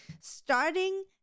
Starting